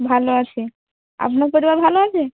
ভালো আছে আপনার পরিবার ভালো আছে